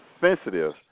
sensitive